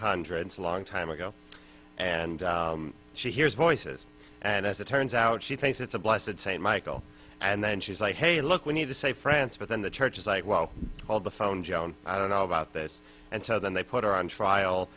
hundreds a long time ago and she hears voices and as it turns out she thinks it's a blasted st michael and then she's like hey look we need to say france but then the church is like well all the found i don't know about this and so then they put her on trial